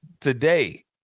Today